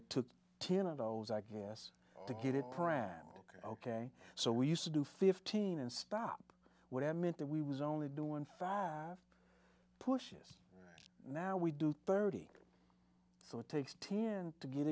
it took ten of those i guess to get it pranic ok so we used to do fifteen and stop whatever meant that we was only doing five pushes now we do thirty so it takes ten to get